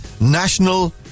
National